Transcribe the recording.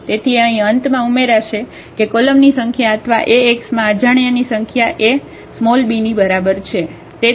તેથી તે અહીં અંતમાં ઉમેરાશે કે કોલમની સંખ્યા અથવા Ax માં અજાણ્યાની સંખ્યા એ b ની બરાબર છે